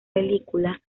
película